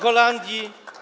Holandii.